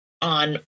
on